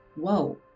whoa